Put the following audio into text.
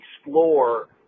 explore